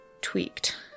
tweaked